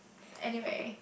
anyway